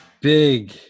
big